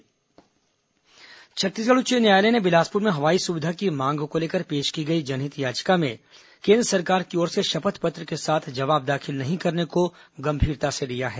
high court हवाई सुविधा छत्तीसगढ़ उच्च न्यायालय ने बिलासपुर में हवाई सुविधा की मांग को लेकर पेश की गई जनहित याचिका में केंद्र सरकार की ओर से शपथ पत्र के साथ जवाब दाखिल नहीं करने को गंभीरता से लिया है